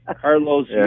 Carlos